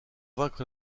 vaincre